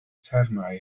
termau